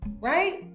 right